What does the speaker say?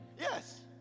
Yes